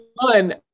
fun